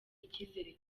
icyizere